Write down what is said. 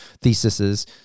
theses